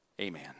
Amen